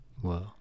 Whoa